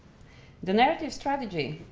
the narrative strategy